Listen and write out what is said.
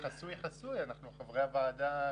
חסוי, חסוי, אנחנו חברי הוועדה.